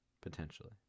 Potentially